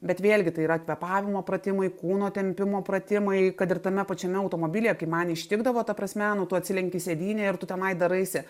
bet vėlgi tai yra kvėpavimo pratimai kūno tempimo pratimai kad ir tame pačiame automobilyje kai man ištikdavo ta prasme nu tu atsilenki sėdynę ir tu tenai daraisi